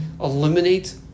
eliminate